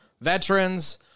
veterans